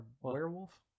Werewolf